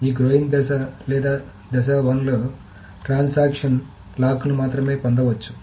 ఈ గ్రోయింగ్ దశ లేదా దశ 1 లో ట్రాన్సాక్షన్ లాక్లను మాత్రమే పొందవచ్చు